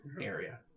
area